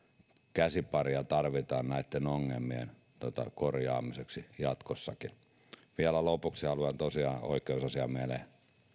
käsipareja tarvitaan näitten ongelmien korjaamiseksi jatkossakin vielä lopuksi haluan tosiaan oikeusasiamiehelle